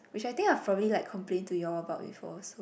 which I think I probably like complain to you all about before so